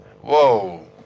Whoa